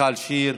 מיכל שיר,